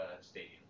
stadium